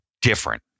different